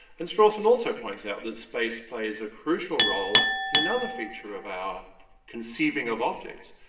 and strawson also points out that space plays a crucial role in another feature of our conceiving of objects.